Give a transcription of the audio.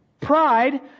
Pride